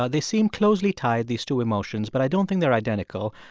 ah they seem closely tied, these two emotions, but i don't think they're identical.